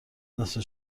نصفه